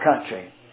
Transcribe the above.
country